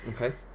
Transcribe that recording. Okay